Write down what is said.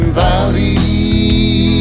valley